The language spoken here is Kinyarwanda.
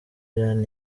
iran